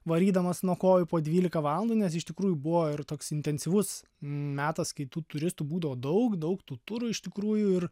varydamas nuo kojų po dvylika valandų nes iš tikrųjų buvo ir toks intensyvus metas kai tų turistų būdavo daug daug tų turų iš tikrųjų ir